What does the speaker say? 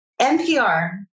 NPR